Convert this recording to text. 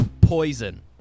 Poison